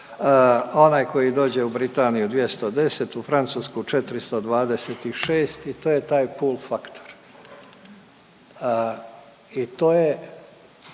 onaj koji dođe u Britaniju 210, u Francusku 426 i to je taj pull faktor. I to je